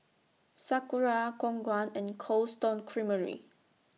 Sakura Khong Guan and Cold Stone Creamery